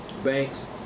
banks